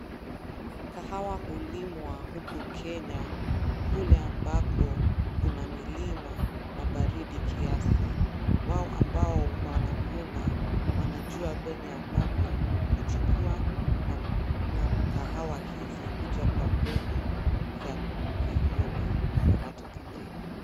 Kahawa hulimwa huku kenya, kule ambako kuna milima na baridi kiasi. Wao ambao wanavuna wanajua venye ambavyo kuchukua na kahawa hizi huja kwa mbegu za nyekundu na hata kijani.